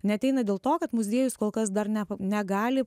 neateina dėl to kad muziejus kol kas dar ne negali